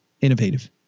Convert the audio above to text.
innovative